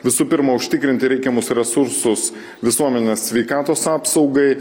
visų pirma užtikrinti reikiamus resursus visuomenės sveikatos apsaugai